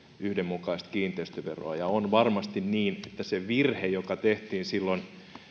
yhdenmukaista kiinteistöveroa on varmasti niin että se virhe joka tehtiin silloin